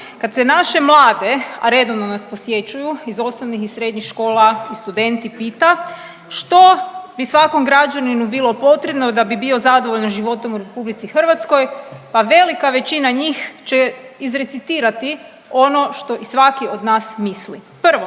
kad se naše mlade a redovno nas posjećuju iz osnovnih i srednjih škola i studenti pita što bi svakom građaninu bilo potrebno da bi bio zadovoljan životom u RH, pa velika većina njih će izrecitirati ono što i svaki od nas misli. Prvo,